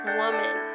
woman